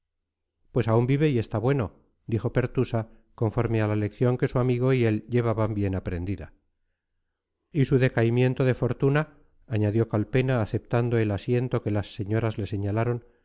pues aún vive y está bueno dijo pertusa conforme a la lección que su amigo y él llevaban bien aprendida y su decaimiento de fortuna añadió calpena aceptando el asiento que las señoras le señalaron